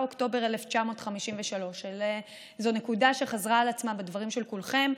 אוקטובר 1953. זו נקודה שחזרה על עצמה בדברים של כולכם.